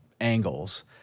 angles